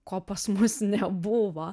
ko pas mus nebuvo